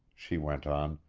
she went on.